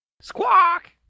Squawk